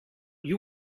you